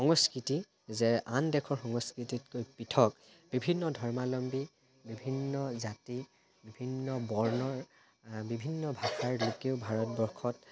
সংস্কৃতি যে আন দেশৰ সংস্কৃতিতকৈ পৃথক বিভিন্ন ধৰ্মাৱলম্বী বিভিন্ন জাতি বিভিন্ন বৰ্ণৰ বিভিন্ন ভাষাৰ লোকেও ভাৰতবৰ্ষত